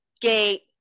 gate